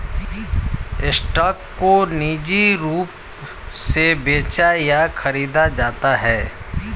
stock को निजी रूप से बेचा या खरीदा जाता है